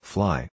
Fly